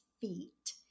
feet